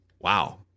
Wow